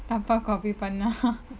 தப்பா:thappa copy பன்னா:panna